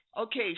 Okay